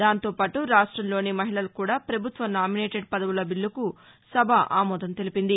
దాంతో పాటు రాష్ట్రంలోని మహిళలకు కూడా పభుత్వ నామినేటెడ్ పదవుల బిల్లకు సభ ఆమోదం తెలిపింది